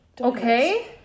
okay